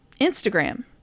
Instagram